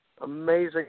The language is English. Amazing